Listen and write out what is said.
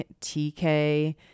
tk